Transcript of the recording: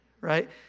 right